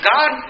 God